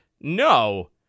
no